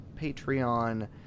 Patreon